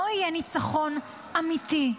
לא יהיה ניצחון אמיתי.